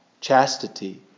chastity